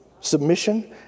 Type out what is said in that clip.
submission